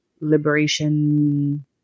liberation